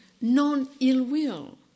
non-ill-will